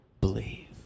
believe